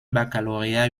baccalauréat